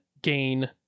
gain